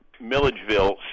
Milledgeville